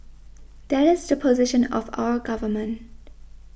that is the position of our government